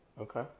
Okay